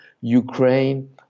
Ukraine